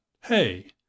Hey